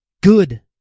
good